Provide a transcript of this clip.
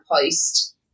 post